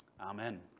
Amen